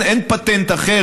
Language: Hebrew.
אין פטנט אחר,